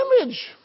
image